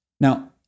Now